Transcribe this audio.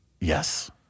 yes